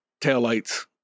taillights